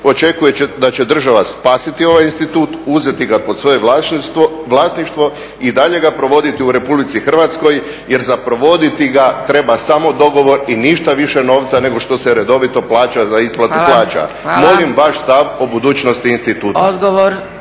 očekuje da će država spasiti ovaj institut, uzeti ga pod svoje vlasništvo i dalje ga provoditi u Republici Hrvatskoj jer za provoditi ga treba samo dogovor i ništa više novca nego što se redovito plaća za isplatu plaća. …/Upadica Zgrebec: Hvala.